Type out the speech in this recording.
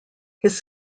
his